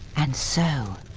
and so,